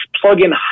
plug-in